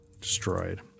destroyed